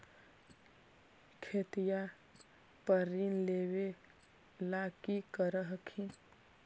खेतिया पर ऋण लेबे ला की कर हखिन?